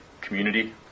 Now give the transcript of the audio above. community